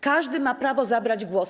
Każdy ma prawo zabrać głos.